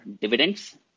dividends